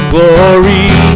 Glory